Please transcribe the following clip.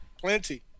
Plenty